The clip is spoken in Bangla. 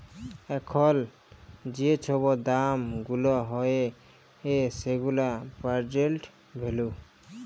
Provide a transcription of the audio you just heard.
এখল যে ছব দাম গুলা হ্যয় সেগুলা পের্জেল্ট ভ্যালু